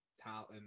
talent